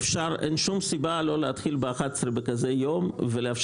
אין שום סיבה לא להתחיל ב-11:00 ביום כזה ולאפשר